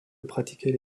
pratiquaient